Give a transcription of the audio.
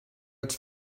ets